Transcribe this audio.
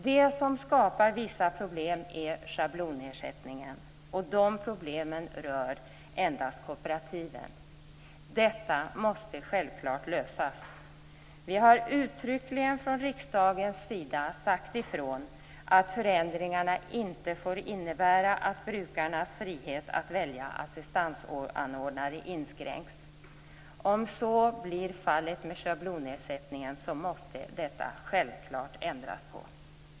Det som skapar vissa problem är schablonersättningen, och dessa problem rör endast kooperativen. Detta måste självfallet lösas. Vi har uttryckligen från riksdagens sida sagt ifrån att förändringarna inte får innebära att brukarnas frihet att välja assistansanordnare inskränks. Om så blir fallet med schablonersättningen måste det självklart ändras.